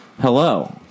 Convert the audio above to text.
Hello